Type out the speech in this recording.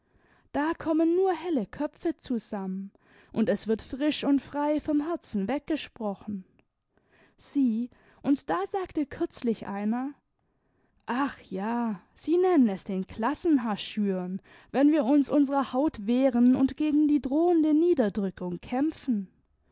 da kommen nur helle köpfe zusammen und es wird frisch und frei vom herzen weg gesprochen sieh und da sagte kürzlich einer ach ja sie nennen es den klassenhaß schüren wenn wir uns unserer haut wehren und gegen die drohende niederdrückung kämpfen